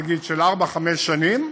נגיד של ארבע-חמש שנים,